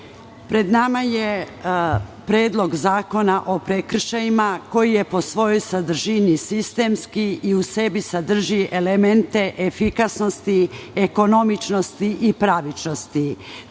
pred nama je Predlog zakona o prekršajima, koji je po svojoj sadržini sistemski i u sebi sadrži elemente efikasnosti, ekonomičnosti i pravičnosti.